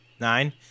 Nine